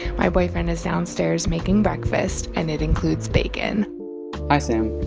my boyfriend is downstairs making breakfast, and it includes bacon hi, sam.